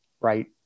right